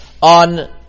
on